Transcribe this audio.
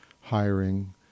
hiring